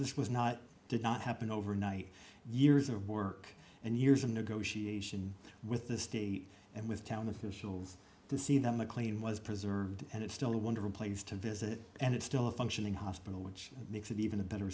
this was not did not happen overnight years of work and years of negotiation with the state and with town officials to see that mclean was preserved and it's still a wonderful place to visit and it's still a functioning hospital which makes it even a better